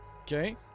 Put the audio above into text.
Okay